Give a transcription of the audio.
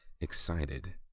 excited